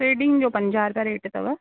threading जो पंजाह रुपिया रेट अथव